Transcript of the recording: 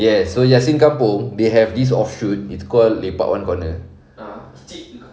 yes so yassin kampung they have this off shoot called lepak one corner